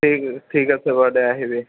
ঠিক ঠিক আছে বাৰু দে আহিবি